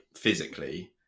physically